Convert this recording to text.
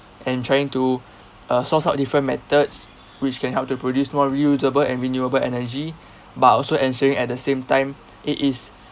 and trying to uh source out different methods which can help to produce more reusable and renewable energy but also ensuring at the same time it is